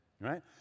right